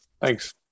Thanks